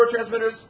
neurotransmitters